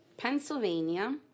Pennsylvania